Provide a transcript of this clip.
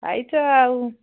ପାଇଛ ତ ଆଉ